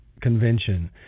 convention